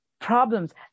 problems